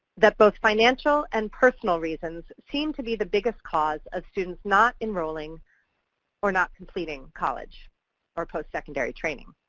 that both financial and personal reasons seem to be the biggest cause of students not enrolling or not completing college or postsecondary training.